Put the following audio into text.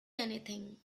anything